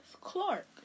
Clark